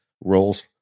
roles